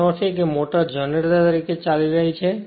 તેનો અર્થ એ કે મોટર જનરેટર તરીકે ચાલી રહી છે